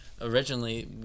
originally